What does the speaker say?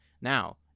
Now